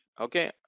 okay